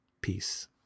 Peace